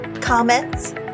comments